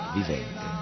vivente